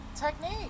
technique